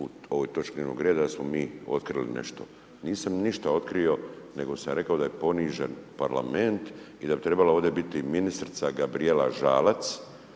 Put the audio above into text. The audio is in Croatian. u ovoj točki dnevnog reda jer smo mi otkrili nešto. Nisam ništa otkrio nego sam rekao da je ponižen Parlament i da je trebala ovdje biti ministrica Gabrijela Žalac